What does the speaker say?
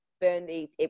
Burnley